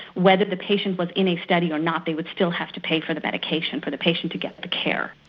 whether the patient was in a study or not, they would still have to pay for the medication for the patient to get the care.